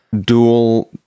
dual